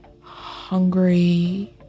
hungry